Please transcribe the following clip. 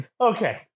Okay